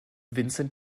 vincent